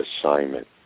assignment